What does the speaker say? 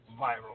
viral